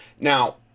Now